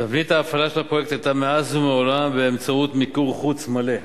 תבנית ההפעלה של הפרויקט היתה מאז ומעולם באמצעות מיקור-חוץ מלא.